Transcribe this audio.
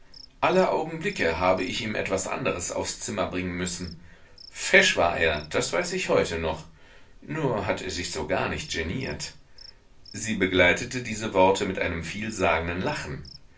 alle augenblicke habe ich ihm etwas anderes aufs zimmer bringen müssen fesch war er das weiß ich heute noch nur hat er sich so gar nicht geniert sie begleitete diese worte mit einem vielsagenden lachen